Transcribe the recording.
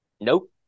Nope